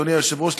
אדוני היושב-ראש,